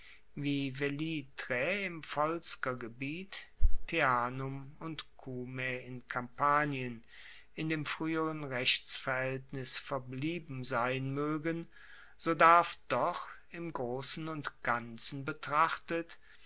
wie velitrae im volskergebiet teanum und cumae in kampanien in dem frueheren rechtsverhaeltnis verblieben sein moegen so darf doch im grossen und ganzen betrachtet